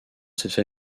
cette